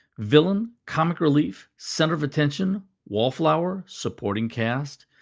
villain, comic relief, center of attention, wallflower, supporting cast?